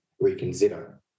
reconsider